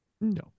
No